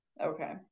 Okay